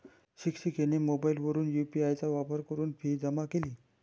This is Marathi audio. शिक्षिकेने मोबाईलवरून यू.पी.आय चा वापर करून फी जमा केली